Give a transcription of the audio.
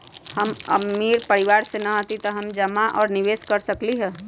हम अमीर परिवार से न हती त का हम जमा और निवेस कर सकली ह?